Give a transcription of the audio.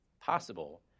possible